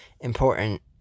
important